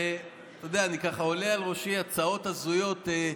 אתה יודע, עולות בראשי הצעות הזויות.